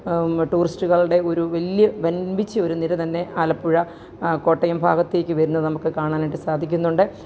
ടൂറിസ്റ്റുകളുടെ ഒരു വലിയ വമ്പിച്ച ഒരു നിര തന്നെ ആലപ്പുഴ കോട്ടയം ഭാഗത്തേക്കു വരുന്ന നമുക്ക് കാണാനായിട്ടു സാധിക്കുന്നുണ്ട്